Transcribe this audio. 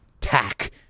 Tack